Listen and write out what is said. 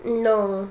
no